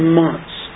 months